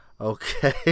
Okay